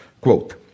Quote